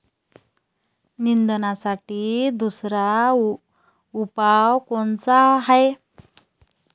निंदनासाठी दुसरा उपाव कोनचा हाये?